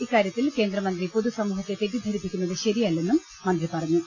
ഇക്കാര്യത്തിൽ കേന്ദ്രമന്ത്രി പൊതു സമൂഹത്തെ തെറ്റിദ്ധരിപ്പിക്കുന്നത് ശരിയല്ലെന്നും മന്ത്രി പറഞ്ഞു